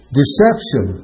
deception